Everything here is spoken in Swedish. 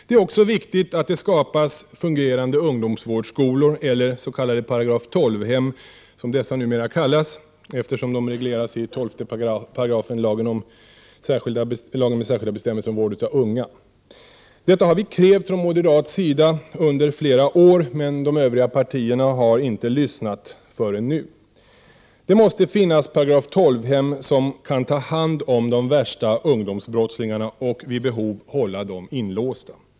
Det är också viktigt att det skapas fungerande ungdomsvårdsskolor eller s.k. § 12-hem, som dessa numera kallas, eftersom de regleras i 12 § lagen med särskilda bestämmelser om vård av unga. Detta har vi krävt från moderat sida under flera år, men de övriga partierna har inte lyssnat förrän nu. Det måste finnas § 12-hem, som kan ta hand om de värsta ungdomsbrottslingarna och vid behov hålla dem inlåsta.